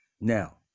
Now